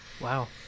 Wow